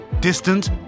Distant